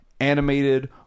animated